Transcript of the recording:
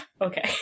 Okay